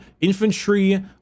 infantry